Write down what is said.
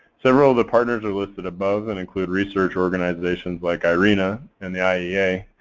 several of the partners are listed above, and include research organizations like irena and the iea.